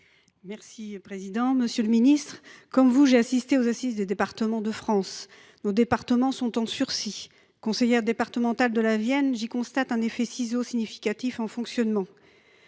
décentralisation. Monsieur le ministre, comme vous, j’ai assisté aux Assises des départements de France. Nos départements sont en sursis. Conseillère départementale de la Vienne, je constate un effet de ciseaux significatif en fonctionnement,